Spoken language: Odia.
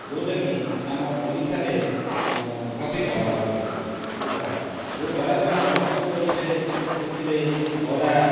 ଯେଉଁଟା କି ଆମ ଓଡ଼ିଶାରେ ପ୍ରସିଦ୍ଧ ଲାଭ କରିଛି ଏହି ବରା ଯେଉଁ ବରାକୁ ଆମେ ପ୍ରସ୍ତୁତ କରୁଛେ ସେଥିରେ ବରା